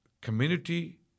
community